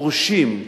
בגנים פרטיים מורשים,